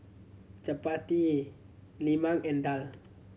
chappati lemang and daal